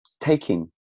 taking